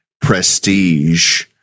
prestige